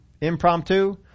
impromptu